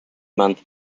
month